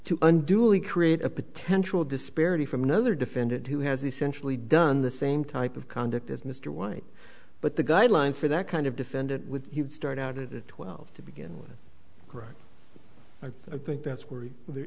unduly create a potential disparity from another defendant who has essentially done the same type of conduct as mr white but the guidelines for that kind of defendant would start out at twelve to begin with greg i think that's where the